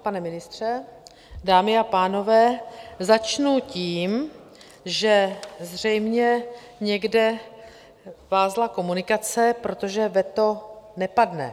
Pane ministře, dámy a pánové, začnu tím, že zřejmě někde vázla komunikace, protože veto nepadne.